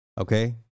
Okay